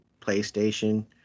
PlayStation